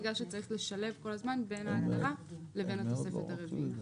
בגלל שצריך לשלב כל הזמן בין ההגדרה לבין התוספת הרביעית.